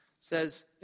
says